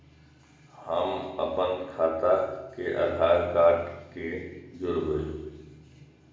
हम अपन खाता के आधार कार्ड के जोरैब?